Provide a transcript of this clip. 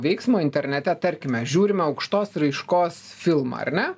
veiksmo internete tarkime žiūrime aukštos raiškos filmą ar ne